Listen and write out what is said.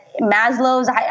Maslow's